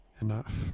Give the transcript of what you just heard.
enough